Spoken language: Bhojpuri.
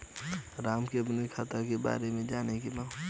राम के अपने खाता के बारे मे जाने के बा?